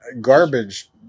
garbage